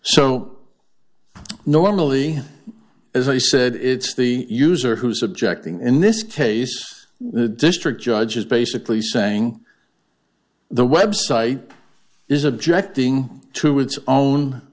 so normally as i said it's the user who's objecting in this case the district judge is basically saying the website is objecting to its own